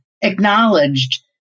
acknowledged